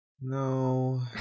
No